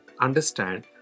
understand